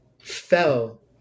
fell